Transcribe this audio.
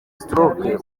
stroke